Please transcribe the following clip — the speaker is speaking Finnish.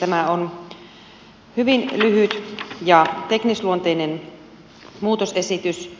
tämä on hyvin lyhyt ja teknisluonteinen muutosesitys